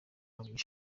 y’ishuri